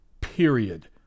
period